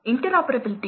అది పరిస్థితి